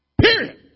Period